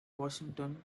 washington